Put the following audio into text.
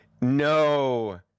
No